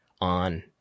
on